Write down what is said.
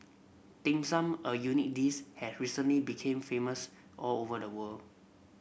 Dim Sum a unique this had recently became famous all over the world